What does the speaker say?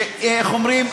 איך אומרים?